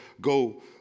go